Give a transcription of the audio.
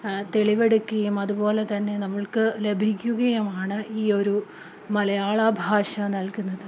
തെളിവെടുക്കുകയും അതുപോലെ തന്നെ നമുക്ക് ലഭിക്കുകയുമാണ് ഈയൊരു മലയാളഭാഷ നൽകുന്നത്